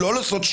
לא הבנתי.